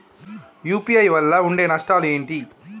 UPI వల్ల ఉండే నష్టాలు ఏంటి??